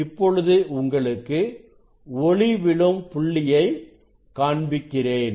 இப்பொழுது உங்களுக்கு ஒளி விழும் புள்ளியை காண்பிக்கிறேன்